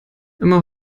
immer